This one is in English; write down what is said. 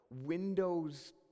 Windows